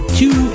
two